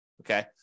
okay